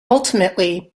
ultimately